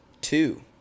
Two